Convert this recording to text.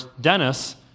Dennis